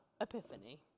Epiphany